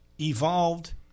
evolved